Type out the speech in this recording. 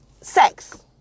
sex